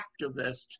activist